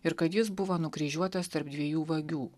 ir kad jis buvo nukryžiuotas tarp dviejų vagių